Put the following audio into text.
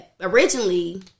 originally